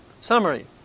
Summary